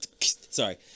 sorry